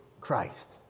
Christ